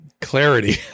clarity